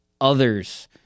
others